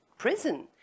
prison